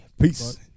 peace